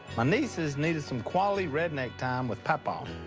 my nieces needed some quality redneck time with papaw. um